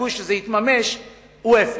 הסיכוי שזה יתממש הוא אפס.